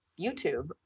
YouTube